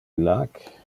illac